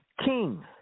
King